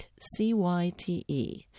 C-Y-T-E